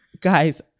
guys